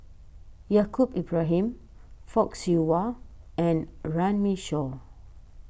Yaacob Ibrahim Fock Siew Wah and Runme Shaw